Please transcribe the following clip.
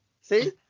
see